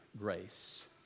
grace